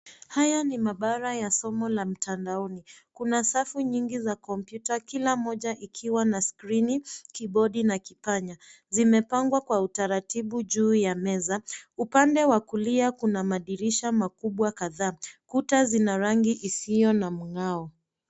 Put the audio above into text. Haya ni maabara ya masomo ya mtandaoni. Kuna safu nyingi za kompyuta kila moja ikiwa na skrini, kibodi na kipanya. Zimepangwa kwa utaratibu juu ya meza, upande wa kulia kuna madirisha makubwa kadhaa. Kuta zina rangi isiyo na mng'ao.